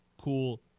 cool